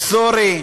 א-ת'ורי,